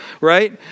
right